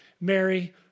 Mary